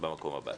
במקום הבא.